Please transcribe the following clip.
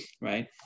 right